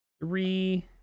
Three